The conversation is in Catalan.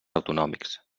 autonòmics